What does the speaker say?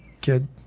kid